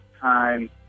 time